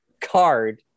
card